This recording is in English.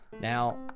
Now